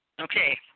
okay